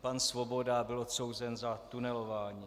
Pan Svoboda byl odsouzen za tunelování.